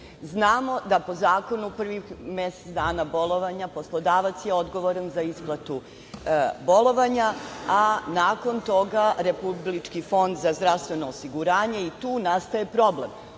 Znamo da po zakonu prvih mesec dana bolovanja poslodavac je odgovoran za isplatu bolovanja, a nakon toga Republički fond za zdravstveno osiguranje i tu nastaje problem. Onog